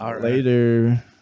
Later